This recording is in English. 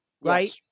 Right